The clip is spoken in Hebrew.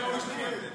שלוש דקות לרשותך.